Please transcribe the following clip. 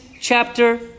chapter